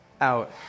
out